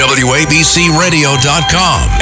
wabcradio.com